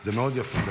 זה מאוד יפה.